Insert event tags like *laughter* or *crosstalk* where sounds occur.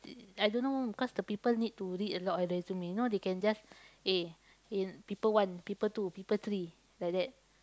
*noise* I don't know because the people need to read a lot of resume you know they can just eh eh people one people two people three like that